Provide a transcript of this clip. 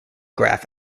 graph